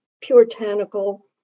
puritanical